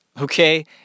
okay